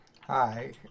Hi